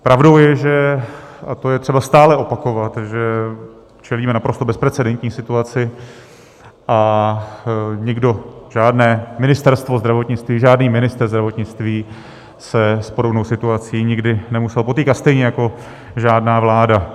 Pravdou je, a to je třeba stále opakovat, že čelíme naprosto bezprecedentní situaci a žádné Ministerstvo zdravotnictví, žádný ministr zdravotnictví se s podobnou situací nemusel nikdy potýkat, stejně jako žádná vláda.